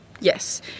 Yes